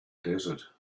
desert